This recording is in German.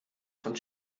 von